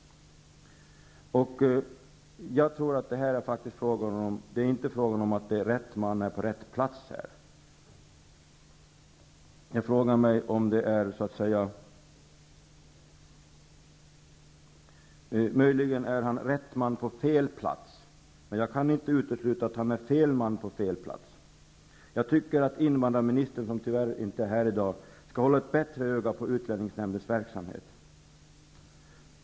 Med denna inställning är Fischerström definitivt inte rätt man på rätt plats. Möjligen är han rätt man på fel plats, men jag kan inte utesluta att han är fel man på fel plats. Jag tycker att invandrarministern, som tyvärr inte är här i dag, skall hålla ett bättre öga på utlänningsnämndens verksamhet.